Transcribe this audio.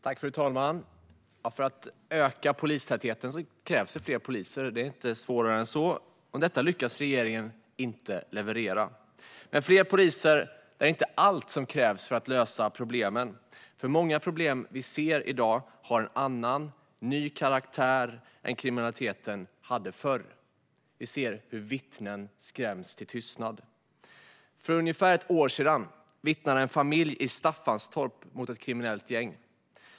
Fru talman! För att öka polistätheten krävs fler poliser - det är inte svårare än så - men detta lyckades regeringen inte leverera. Men fler poliser är inte allt som krävs för att lösa problemen, för många problem i dag har en annan, ny karaktär än vad kriminaliteten hade förr. Vi ser hur vittnen skräms till tystnad. För ungefär ett år sedan vittnade en familj i Staffanstorp mot ett kriminellt gäng.